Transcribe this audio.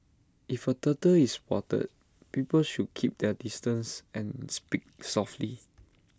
if A turtle is spotted people should keep their distance and speak softly